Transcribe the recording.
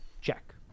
Check